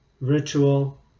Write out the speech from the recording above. ritual